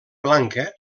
blanca